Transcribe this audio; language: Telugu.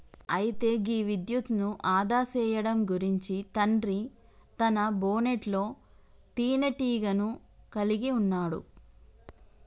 అయితే గీ విద్యుత్ను ఆదా సేయడం గురించి తండ్రి తన బోనెట్లో తీనేటీగను కలిగి ఉన్నాడు